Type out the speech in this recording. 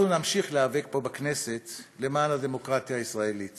אנחנו נמשיך להיאבק פה בכנסת למען הדמוקרטיה הישראלית